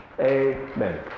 amen